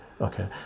okay